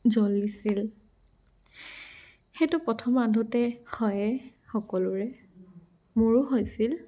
জ্বলিছিল সেইটো প্ৰথম ৰান্ধোতে হয়ে সকলোৰে মোৰো হৈছিল